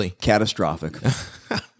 catastrophic